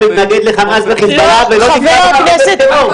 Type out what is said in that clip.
מתנגד לחמאס וחיזבאללה ולא נקרא לך תומך טרור.